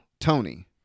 Tony